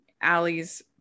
Allie's